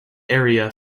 area